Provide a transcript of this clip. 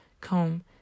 comb